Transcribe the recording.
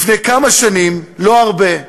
לפני כמה שנים, לא הרבה,